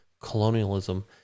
Colonialism